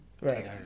right